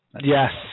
Yes